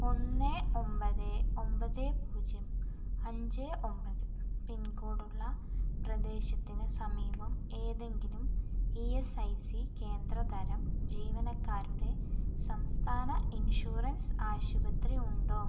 ഒന്ന് ഒമ്പത് ഒമ്പത് പൂജ്യം അഞ്ച് ഒമ്പത് പിൻകോഡ് ഉള്ള പ്രദേശത്തിന് സമീപം ഏതെങ്കിലും ഇ എസ് ഐ സി കേന്ദ്ര തരം ജീവനക്കാരുടെ സംസ്ഥാന ഇൻഷുറൻസ് ആശുപത്രി ഉണ്ടോ